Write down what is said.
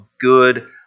good